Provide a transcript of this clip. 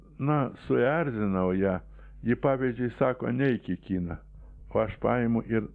na suerzinau ją ji pavyzdžiui sako neik į kiną o aš paimu ir